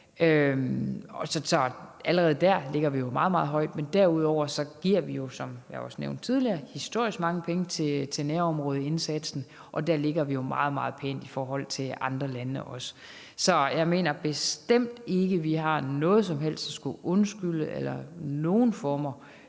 for det andet, som jeg også har nævnt tidligere, historisk mange penge til nærområdeindsatsen, og der ligger vi jo også meget, meget pænt i forhold til andre lande. Så jeg mener bestemt ikke, vi har noget som helst at skulle undskylde eller under nogen former